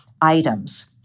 items